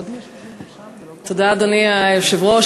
אדוני היושב-ראש,